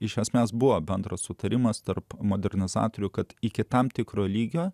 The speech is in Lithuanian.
iš esmės buvo bendras sutarimas tarp modernaus atvejo kad iki tam tikro lygio